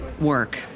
work